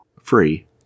Free